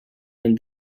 and